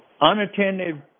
unattended